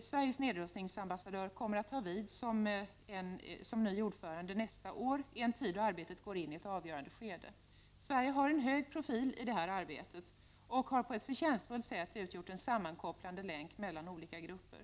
Sveriges nedrustningsambassadör kommer att ta vid som ordförande nästa år, i en tid då arbetet går in i ett avgörande skede. Sverige har en hög profil i detta arbete och har på ett förtjänstfullt sätt utgjort en sammankopplande länk mellan olika grupper.